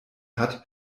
hat